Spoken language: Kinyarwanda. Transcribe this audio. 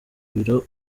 biro